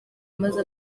amaze